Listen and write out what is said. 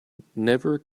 never